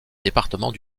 département